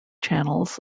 channels